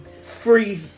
Free